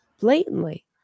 blatantly